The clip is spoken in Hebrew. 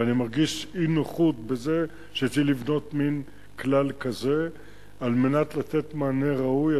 אני מרגיש אי-נוחות מכך שצריך לבנות מין כלל כזה כדי לתת מענה ראוי.